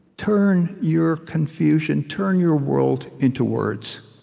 turn your confusion, turn your world into words.